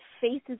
faces